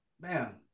man